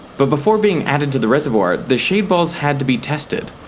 but before being added to the reservoir, the shade balls had to be tested.